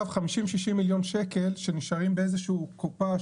50 60 מיליון שקל שנשארים באיזושהי קופה,